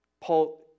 Paul